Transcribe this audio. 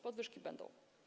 Podwyżki będą.